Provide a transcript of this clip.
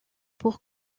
pour